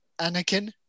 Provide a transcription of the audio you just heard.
Anakin